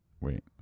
wait